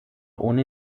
ohne